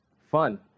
Fun